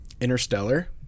Interstellar